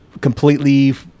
completely